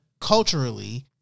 culturally